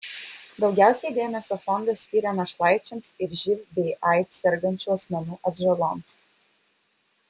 daugiausiai dėmesio fondas skiria našlaičiams ir živ bei aids sergančių asmenų atžaloms